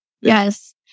Yes